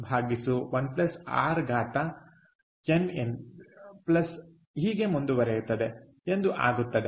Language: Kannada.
CFn 1 rn ಎಂದು ಆಗುತ್ತದೆ